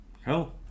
Hell